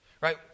right